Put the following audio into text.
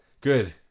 Good